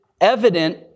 evident